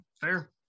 fair